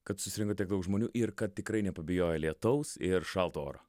kad susirinko tiek daug žmonių ir kad tikrai nepabijojo lietaus ir šalto oro